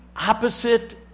Opposite